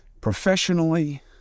professionally